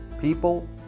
People